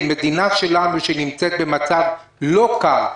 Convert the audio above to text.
עם מדינה שלנו שנמצאת במצב לא קל,